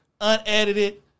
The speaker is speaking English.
unedited